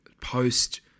post